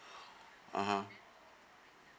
(uh huh)